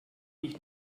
ich